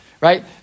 right